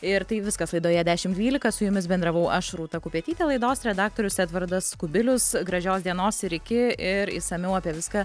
ir tai viskas laidoje dešimt dvylika su jumis bendravau aš rūta kupetytė laidos redaktorius edvardas kubilius gražios dienos ir iki ir išsamiau apie viską